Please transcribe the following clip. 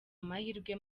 amahirwe